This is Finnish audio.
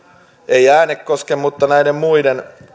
ei äänekosken mutta näiden muiden